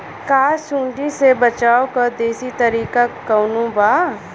का सूंडी से बचाव क देशी तरीका कवनो बा?